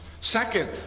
Second